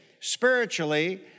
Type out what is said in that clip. spiritually